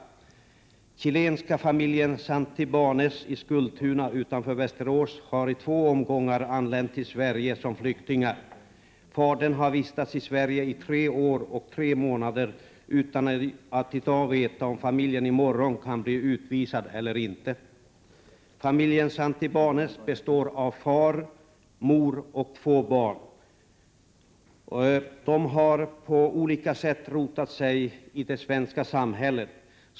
Den chilenska familjen Santibanez i Skultuna utanför Västerås har i två omgångar anlänt till Sverige som flyktingar. Fadern har vistats i Sverige tre år och tre månader — och vet inte i dag om familjen i morgon kan bli utvisad. Familjen Santibanez består av far, mor och två barn. De har på olika sätt rotat sig i det svenska samhället.